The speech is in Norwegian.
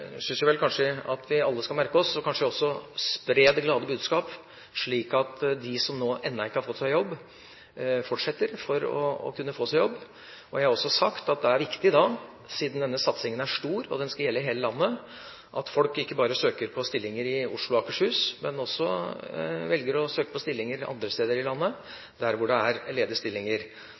og kanskje også spre det glade budskap, slik at de som ennå ikke har fått seg jobb, fortsetter å søke seg jobb. Jeg har også sagt at det da er viktig – siden denne satsingen er stor, og den skal gjelde hele landet – at folk ikke bare søker på stillinger i Oslo og Akershus, men også velger å søke på stillinger andre steder i landet hvor det er